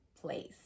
place